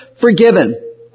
forgiven